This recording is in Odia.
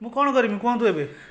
ମୁଁ କଣ କରିମି କୁହନ୍ତୁ ଏବେ